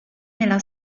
nella